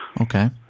Okay